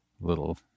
little